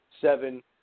seven